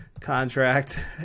Contract